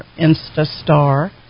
Insta-star